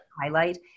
highlight